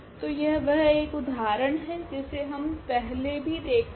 तो यह वह एक उदाहरण है जिसे हम पहले भी देख चुके है